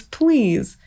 please